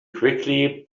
quickly